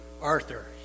Arthur